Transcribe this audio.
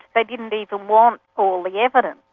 they didn't even want all the evidence.